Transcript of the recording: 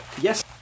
Yes